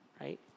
right